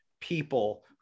people